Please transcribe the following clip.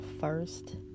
first